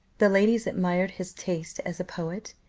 the ladies admired his taste as a poet,